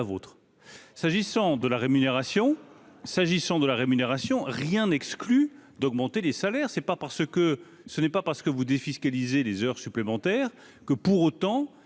s'agissant de la rémunération, rien n'exclut d'augmenter les salaires c'est pas par ce que ce n'est pas parce que vous défiscaliser les heures supplémentaires que pour autant